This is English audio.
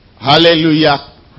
Hallelujah